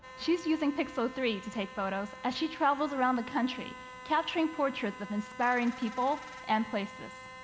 she's using pixel three to take photos as she travels around the country capturing portraits of inspiring people and places.